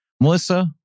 Melissa